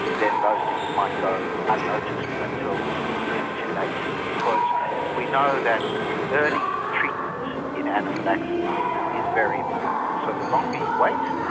then those things might go unnoticed until it's too late. because we know that early treatment in anaphylaxis is very important. so the longer you wait,